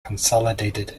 consolidated